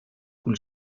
coule